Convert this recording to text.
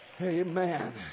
Amen